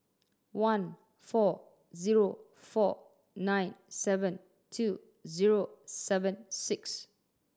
one four zero four nine seven two zero seven six